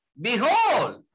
Behold